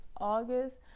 August